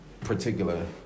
particular